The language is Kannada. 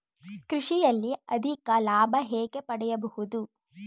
ಕೃಷಿಯಲ್ಲಿ ಅಧಿಕ ಲಾಭ ಹೇಗೆ ಪಡೆಯಬಹುದು?